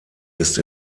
ist